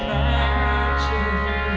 and